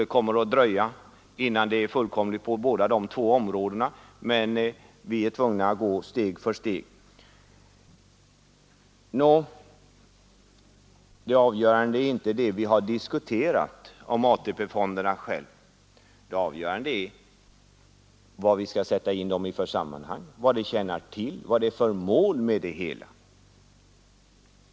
Det kommer att dröja innan det är fullkomligt på båda dessa områden, men vi är tvungna att gå steg för steg. Nå, avgörande är kanske inte det vi nu har diskuterat, själva ATP-fonderna — avgörande är hur vi sätter in dem i ett större sammanhang, vad de kan tjäna till, vad det är för mål vi vill nå.